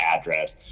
address